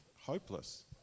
hopeless